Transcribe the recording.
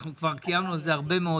אנחנו כבר קיימנו על זה הרבה דיונים.